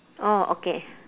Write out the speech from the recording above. orh okay